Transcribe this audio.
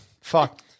fuck